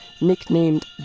nicknamed